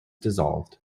dissolved